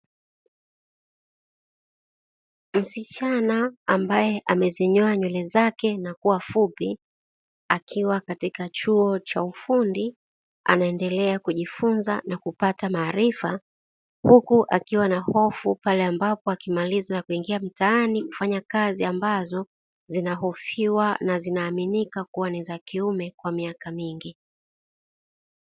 Msichana ambaye amezinyoa nywele zake na kuwa fupi akiwa katika chuo cha ufundi, anaendelea kujifunza na kupata maarifa huku akiwa na hofu pale ambapo akiamaliza na kuuingia mtaani kufanya kazi ambazo zinahofiwa na kuaminika kuwa ni za kiume kwa miaka mingi.